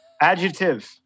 Adjective